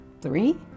three